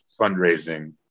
fundraising